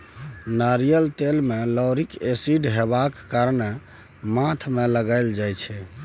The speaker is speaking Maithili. नारियल तेल मे लाउरिक एसिड हेबाक कारणेँ माथ मे लगाएल जाइ छै